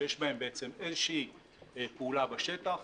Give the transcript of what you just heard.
שיש בהם בעצם איזושהי פעולה בשטח,